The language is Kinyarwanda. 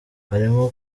harimo